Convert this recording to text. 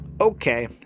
Okay